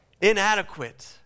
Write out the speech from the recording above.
inadequate